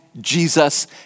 Jesus